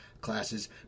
classes